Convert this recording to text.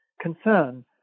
concern